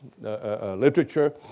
literature